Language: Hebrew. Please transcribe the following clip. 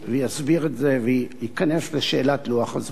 יסביר את זה וייכנס לשאלת לוח הזמנים.